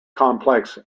complex